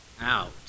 out